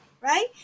right